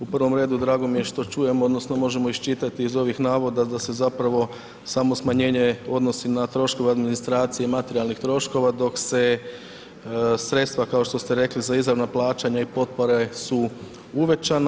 U prvom redu drago mi je što čujem odnosno možemo iščitati iz ovih navoda da se zapravo samo smanjenje odnosi na troškove administracije materijalnih troškova dok se sredstva kao što ste rekli za izravna plaćanja i potpore su uvećana.